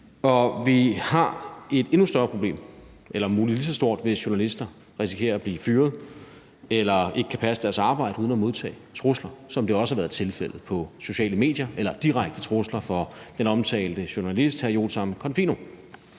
Og vi har et endnu større problem eller om muligt lige så stort, hvis journalister risikerer at blive fyret eller ikke kan passe deres arbejde uden at modtage trusler, som det også har været tilfældet på sociale medier, eller direkte trusler for den omtalte journalist, Jotam Confino.